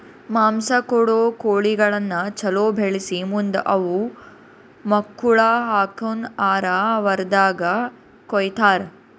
ಮಾಂಸ ಕೊಡೋ ಕೋಳಿಗಳನ್ನ ಛಲೋ ಬೆಳಿಸಿ ಮುಂದ್ ಅವು ಮಕ್ಕುಳ ಹಾಕನ್ ಆರ ವಾರ್ದಾಗ ಕೊಯ್ತಾರ